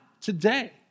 today